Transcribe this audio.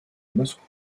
moscou